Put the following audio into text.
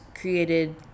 created